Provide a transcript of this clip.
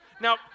Now